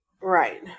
Right